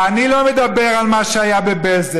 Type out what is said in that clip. אני לא מדבר על מה שהיה בבזק.